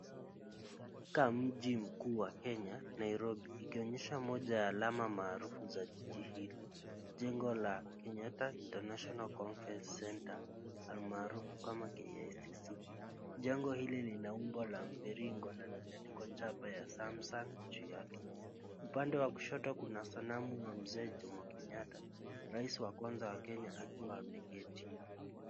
Ni katika mji mkuu wa Kenya, Nairobi, ikionyesha moja ya alama maarufu za jiji hili. Jengo la Kenyatta International Conference Center halmaarufu kama KICC . Jengo hili lina umbo la mviringo na limepigwa chapa ya Samsung juu yake. Upande wa kushoto kuna sanamu wa Mzee Jomo Kenyatta, Rais wa kwanza wa Kenya akiwa ameketi.